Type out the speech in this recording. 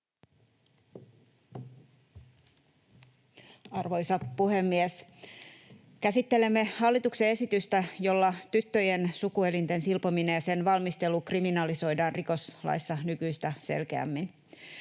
Arvoisa puhemies! Käsittelemme hallituksen esitystä, jolla tyttöjen sukuelinten silpominen ja sen valmistelu kriminalisoidaan rikoslaissa nykyistä selkeämmin.